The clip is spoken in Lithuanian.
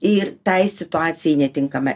ir tai situacijai netinkamą